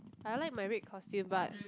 I like my red costume but